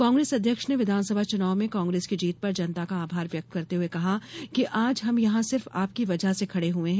कांग्रेस अध्यक्ष ने विधानसभा चुनाव में कांग्रेस की जीत पर जनता का आभार व्यक्त करते हुये कहा कि आज हम यहां सिर्फ आपकी वजह से खड़े हये हैं